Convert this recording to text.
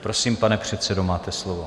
Prosím, pane předsedo, máte slovo.